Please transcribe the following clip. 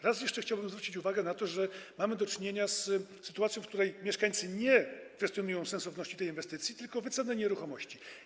Raz jeszcze chciałbym zwrócić uwagę na to, że mamy do czynienia z sytuacją, w której mieszkańcy nie kwestionują sensowności tej inwestycji, tylko kwestionują wycenę nieruchomości.